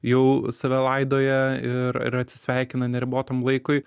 jau save laidoja ir ir atsisveikina neribotam laikui